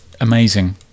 amazing